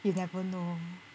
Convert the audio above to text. you never know